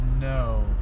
No